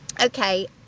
Okay